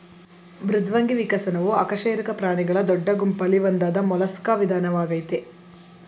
ಮೃದ್ವಂಗಿ ವಿಕಸನವು ಅಕಶೇರುಕ ಪ್ರಾಣಿಗಳ ದೊಡ್ಡ ಗುಂಪಲ್ಲಿ ಒಂದಾದ ಮೊಲಸ್ಕಾ ವಿಧಾನವಾಗಯ್ತೆ